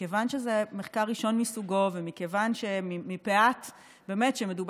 מכיוון שזה מחקר ראשון מסוגו ומפאת שמדובר